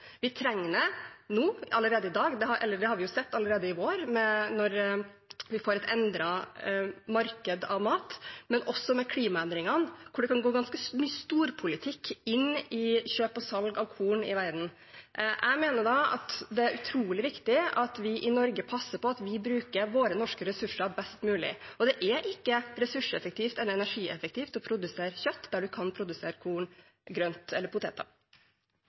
Vi trenger det nå, allerede i dag. Det så vi allerede i vår da vi fikk et endret marked for mat, men også med klimaendringene, og det kan gå ganske mye storpolitikk inn i kjøp og salg av korn i verden. Jeg mener det er utrolig viktig at vi i Norge passer på at vi bruker våre norske ressurser best mulig. Det er ikke ressurseffektivt eller energieffektivt å produsere kjøtt der en kan produsere korn, grønt eller